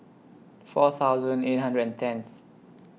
four thousand eight hundred and tenth